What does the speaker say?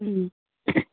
ওম